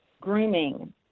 grooming